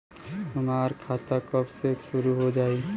हमार खाता कब से शूरू हो जाई?